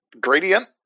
gradient